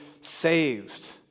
saved